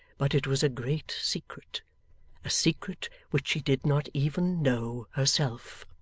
but it was a great secret a secret which she did not even know herself.